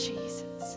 Jesus